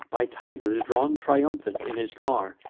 by tigers drawn triumphant in his car,